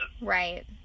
Right